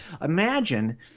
imagine